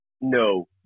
No